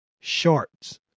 shorts